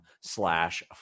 slash